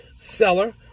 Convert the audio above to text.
seller